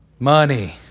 money